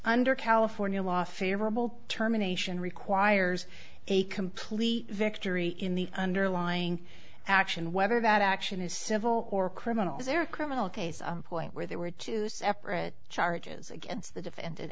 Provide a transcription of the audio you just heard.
under california law favorable terminations requires a complete victory in the underlying action whether that action is civil or criminal is there a criminal case a point where there were two separate charges against the defendant